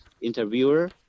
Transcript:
interviewer